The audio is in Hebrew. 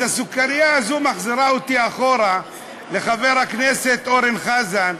אז הסוכרייה הזו מחזירה אותי אחורה לחבר הכנסת אורן חזן,